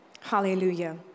Hallelujah